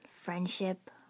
friendship